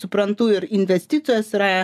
suprantu ir investicijos yra